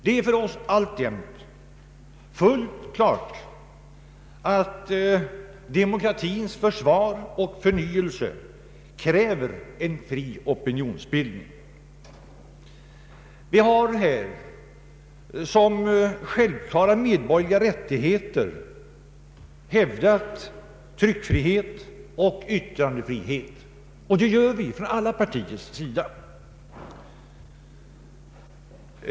Det är för oss fullt klart att demokratins försvar och förnyelse kräver en fri opinionsbildning. Vi har som självklara medborgerliga rättigheter hävdat tryckfrihet och yttrandefrihet — och det gör vi för alla partiers vidkommande.